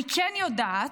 אני כן יודעת